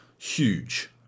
huge